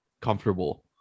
comfortable